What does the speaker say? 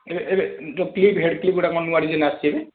ଏବେ ଏବେ ଯେଉଁ କ୍ଲିପ୍ ହେଡ଼୍ କ୍ଲିପ ଗୋଟା କ'ଣ ନୂଆ ଡିଜାଇନ ଆସିଛି ଏବେ